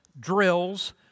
drills